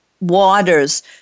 waters